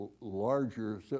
larger